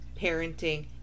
parenting